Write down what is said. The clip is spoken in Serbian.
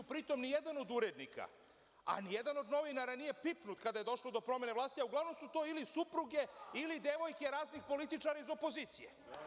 Pri tom, ni jedan od urednika, ni jedan od novinara nije pipnut kada je došlo do promene vlasti, a uglavnom su to ili supruge ili devojke raznih političara iz opozicije.